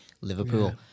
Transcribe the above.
Liverpool